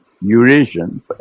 Eurasian